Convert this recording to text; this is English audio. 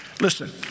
Listen